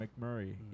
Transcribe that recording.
McMurray